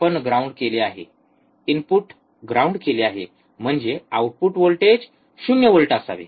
आपण ग्राउंड केले आहे इनपुट आपण ग्राउंड केले आहे म्हणजे आउटपुट व्होल्टेज 0 व्होल्ट असावे